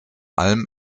allem